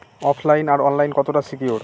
ওফ line আর online কতটা secure?